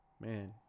man